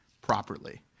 properly